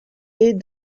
est